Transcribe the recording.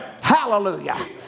Hallelujah